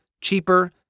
cheaper